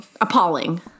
appalling